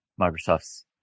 Microsoft's